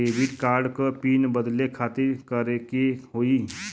Debit card क pin बदले खातिर का करेके होई?